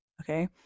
okay